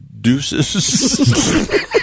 deuces